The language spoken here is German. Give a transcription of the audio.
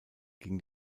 ging